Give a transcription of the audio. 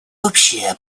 общая